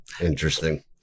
interesting